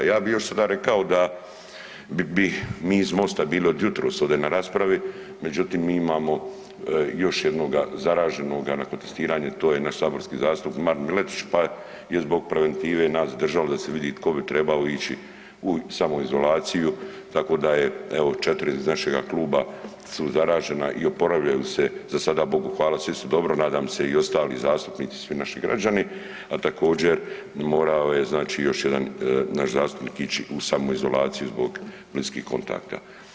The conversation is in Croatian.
Ja bi još sada rekao da bi mi iz Mosta bili od jutros ovdje na raspravi, međutim mi imamo još jednoga zaraženoga nakon testiranja, to je naš saborski zastupnik Marin Miletić pa je zbog preventive nas držalo da se vidi tko bi trebao ići u samoizolaciju, tako da je evo, 4 iz našega kluba su zaražena i oporavljaju se, za sada bogu hvala, svi su dobro, nadam se i ostali zastupnici i svi naši građani a također morao je znači još jedan naš zastupnik ići u samoizolaciju zbog bliskih kontakata.